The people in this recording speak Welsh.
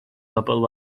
bobl